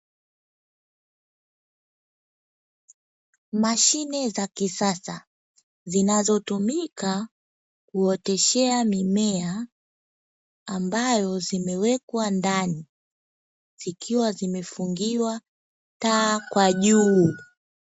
Mashine za kisasa zinazotumika kuoteshea mimea, ambazo zimewekwa ndani, zikiwa zimefungiwa taa kwa juu.